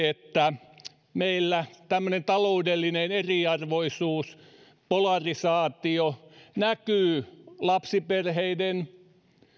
että meillä tämmöinen taloudellinen eriarvoisuus polarisaatio näkyy lapsiperheiden